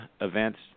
events